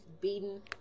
beaten